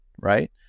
Right